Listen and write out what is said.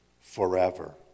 forever